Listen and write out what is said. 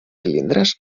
cilindres